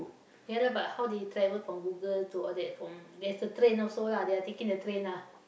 ya lah but how they travel from Google to all that from there's a train also lah they are taking the train ah